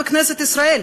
בכנסת ישראל?